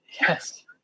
Yes